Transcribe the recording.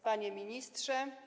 Panie Ministrze!